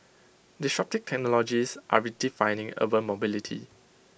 disruptive technologies are redefining urban mobility